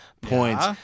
points